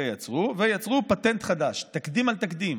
יצרו ויצרו פטנט חדש: תקדים על תקדים.